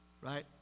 right